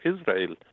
Israel